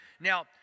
Now